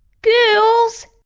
girls!